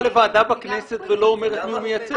לוועדה בכנסת ולא אומר את מי הוא מייצג.